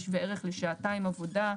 זה שווה ערך לשעתיים עבודה.